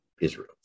Israel